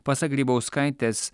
pasak grybauskaitės